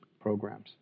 programs